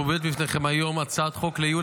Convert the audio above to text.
מובאת בפניכם היום הצעת חוק לייעול